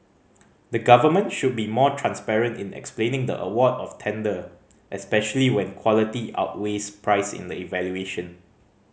the government should be more transparent in explaining the award of tender especially when quality outweighs price in the evaluation